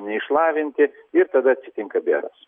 neišlavinti ir tada atsitinka bėdos